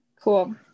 cool